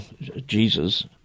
Jesus